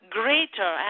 greater